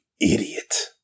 idiot